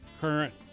current